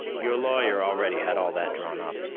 your lawyer already had all that drawn up.